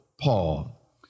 Paul